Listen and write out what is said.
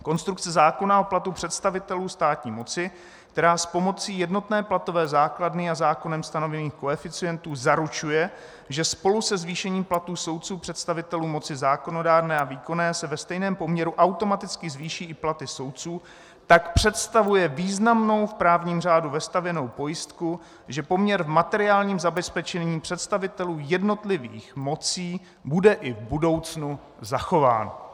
Konstrukce zákona o platu představitelů státní moci, která s pomocí jednotné platové základny a zákonem stanovených koeficientů zaručuje, že spolu se zvýšením platů soudců, představitelů moci zákonodárné a výkonné se ve stejném poměru automaticky zvýší i platy soudců, tak představuje významnou v právním řádu vestavěnou pojistku, že poměr v materiálním zabezpečení představitelů jednotlivých mocí bude i v budoucnu zachován.